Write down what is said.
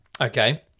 Okay